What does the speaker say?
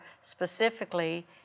specifically